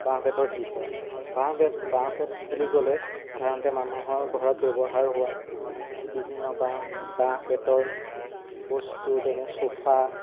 বাঁহ বেতৰ শিল্প বাঁহ বেত বাঁহ বেত বুলি ক'লে সাধাৰণতে মানুহৰ ঘৰত ব্যৱহাৰ হোৱা বিভিন্ন বাঁহ বাঁহ বেতৰ বস্তু যেনে চোফা